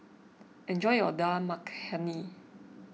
enjoy your Dal Makhani